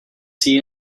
seen